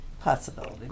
Possibility